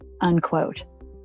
unquote